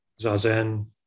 zazen